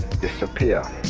disappear